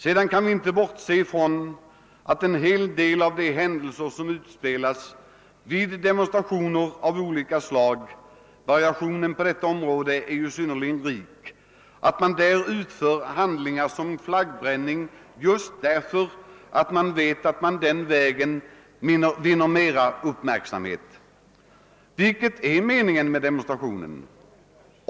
Vi kan inte bortse från att en hel del av de händelser som utspelas vid demonstrationer av olika slag — variationen på detta område är ju synnerligen riklig — t.ex. flaggbränning, utföres just därför att man den vägen väcker uppmärksamhet, vilket är avsikten med demonstrationen.